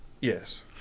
Yes